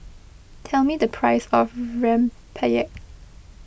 tell me the price of Rempeyek